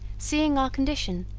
seeing our condition,